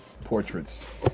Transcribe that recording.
Portraits